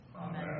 Amen